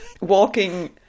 walking